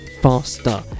faster